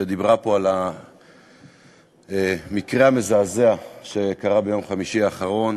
שדיברה פה על המקרה המזעזע שקרה ביום חמישי האחרון.